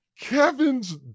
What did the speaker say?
Kevin's